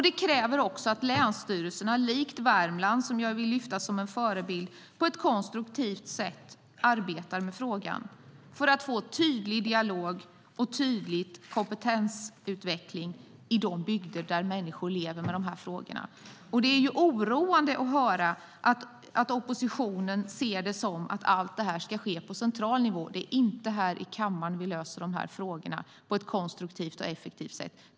Det kräver att länsstyrelserna, likt Värmland, som jag vill lyfta fram som en förebild, på ett konstruktivt sätt arbetar med frågan för att få en tydlig dialog och kompetensutveckling i bygder där människorna lever med dessa frågor. Det är därför oroande att höra att oppositionen anser att allt det ska ske på central nivå. Det är inte i riksdagens kammare vi löser dessa frågor på ett konstruktivt och effektiv sätt.